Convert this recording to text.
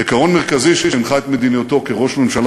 עיקרון מרכזי שהנחה את מדיניותו כראש ממשלה